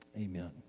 amen